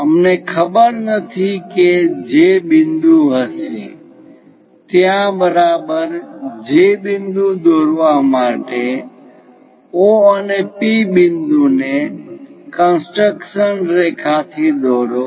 અમને ખબર નથી કે J બિંદુ હશે ત્યાં બરાબર J બિંદુ દોરવા માટે O અને P બિંદુ ને કન્સ્ટ્રક્શન રેખા થી જોડો